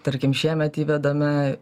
tarkim šiemet įvedame